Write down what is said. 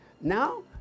Now